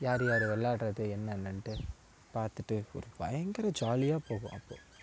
யார் யாரு விளையாட்றது என்னென்னன்ட்டு பார்த்துட்டு ஒரு பயங்கர ஜாலியாக போகும் அப்போது அந்த